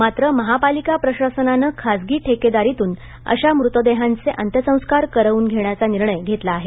मात्र महापालिका प्रशासनाने खाजगी ठेकेदारीतून अशी मृतदेहांचे अंत्यसंस्कार करवून घेण्याचा निर्णय घेतला आहे